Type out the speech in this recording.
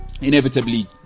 inevitably